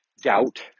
doubt